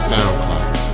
Soundcloud